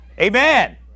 Amen